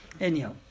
Anyhow